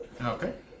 Okay